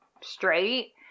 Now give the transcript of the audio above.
straight